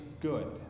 good